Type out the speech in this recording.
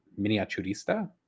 Miniaturista